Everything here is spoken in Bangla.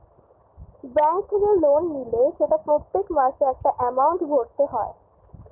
ব্যাঙ্ক থেকে লোন নিলে সেটা প্রত্যেক মাসে একটা এমাউন্ট ভরতে হয়